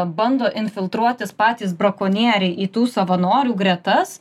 bando infiltruotis patys brakonieriai į tų savanorių gretas